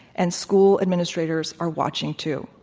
and school administrators are watching too.